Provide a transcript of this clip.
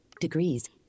Degrees